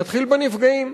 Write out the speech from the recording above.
נתחיל בנפגעים.